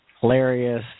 hilarious